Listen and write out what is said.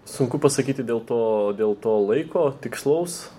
sunku pasakyti dėl to dėl to laiko tikslaus